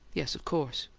yes, of course.